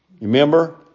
Remember